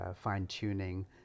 fine-tuning